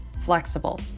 flexible